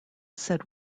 said